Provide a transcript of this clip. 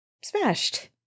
smashed